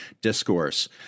discourse